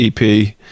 EP